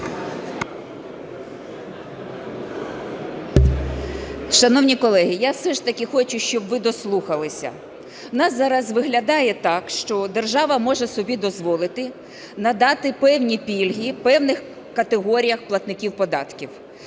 Шановні колеги, я все ж таки хочу, щоб ви дослухались. У нас зараз виглядає так, що держава може собі дозволити надати певні пільги певним категоріям платників податків.